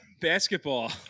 Basketball